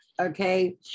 Okay